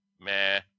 meh